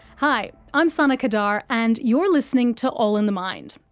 hi, i'm sana qadar, and you're listening to all in the mind.